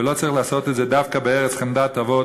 ולא צריך לעשות את זה דווקא בארץ חמדת אבות